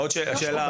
עוד שאלה,